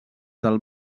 del